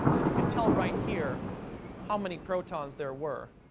and you can tell right here how many protons there were,